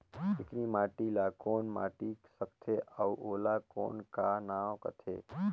चिकनी माटी ला कौन माटी सकथे अउ ओला कौन का नाव काथे?